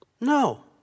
No